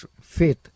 faith